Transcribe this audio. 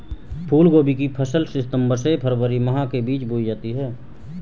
फूलगोभी की फसल सितंबर से फरवरी माह के बीच में बोई जाती है